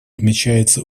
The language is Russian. отмечается